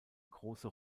große